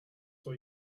for